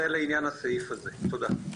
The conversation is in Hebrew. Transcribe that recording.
זה לעניין הסעיף הזה, תודה.